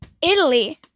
Italy